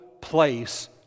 place